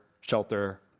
shelter